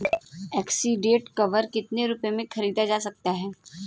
Accident cover कितने रुपए में खरीदा जा सकता है?